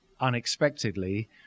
unexpectedly